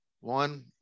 One